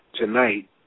tonight